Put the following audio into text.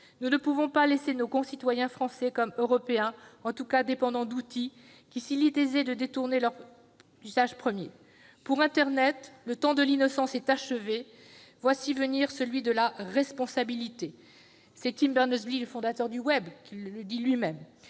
Nous ne pouvons pas laisser nos concitoyens, les Français comme les Européens, dépendre d'outils qu'il est si aisé de détourner de leur usage premier. Pour internet, le temps de l'innocence est achevé. Voici venir celui de la responsabilité ! C'est Tim Berners-Lee lui-même, le fondateur du web, qui le dit.